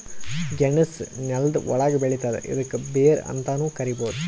ಗೆಣಸ್ ನೆಲ್ದ ಒಳ್ಗ್ ಬೆಳಿತದ್ ಇದ್ಕ ಬೇರ್ ಅಂತಾನೂ ಕರಿಬಹುದ್